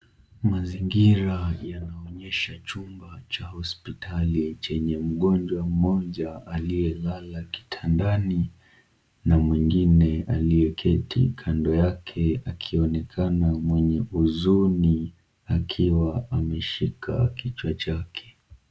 Mazingira yanaonyesha chumba cha hospitali chenye mgonjwa mmoja aliyelala kitandani na mwingine aliyeketi kando yake akionekana mwenye huzuni akiwa ameshika kichwa chake.